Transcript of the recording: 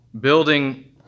building